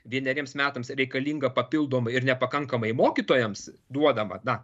vieneriems metams reikalinga papildomai ir nepakankamai mokytojams duodama na